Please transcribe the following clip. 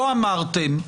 לא אמרתם,